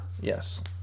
Yes